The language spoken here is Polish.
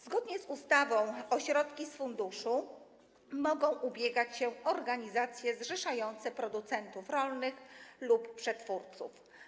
Zgodnie z ustawą o środki z funduszu mogą ubiegać się organizacje zrzeszające producentów rolnych lub przetwórców.